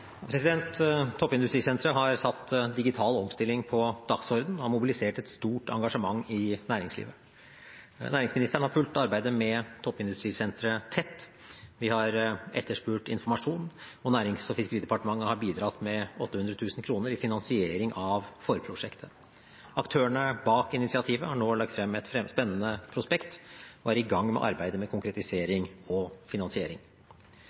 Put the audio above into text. Toppindustrisenteret har satt digital omstilling på dagsordenen og har mobilisert et stort engasjement i næringslivet. Næringsministeren har fulgt arbeidet med toppindustrisenteret tett, vi har etterspurt informasjon, og Nærings- og fiskeridepartementet har bidratt med 800 000 kr i finansiering av forprosjektet. Aktørene bak initiativet har nå lagt frem et spennende prospekt og er i gang med arbeidet med konkretisering og finansiering.